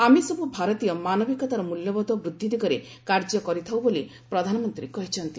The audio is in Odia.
ଆମେସବ୍ର ଭାରତୀୟ ମାନବିକତାର ମ୍ବଲ୍ୟବୋଧ ବୃଦ୍ଧି ଦିଗରେ କାର୍ଯ୍ୟ କରିଥାଉ ବୋଲି ପ୍ରଧାନମନ୍ତ୍ରୀ କହିଚ୍ଛନ୍ତି